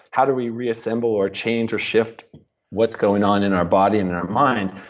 how do we reassemble, or change, or shift what's going on in our body and in our mind?